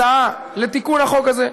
הצעה לתיקון החוק הזה,